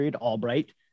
Albright